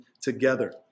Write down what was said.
together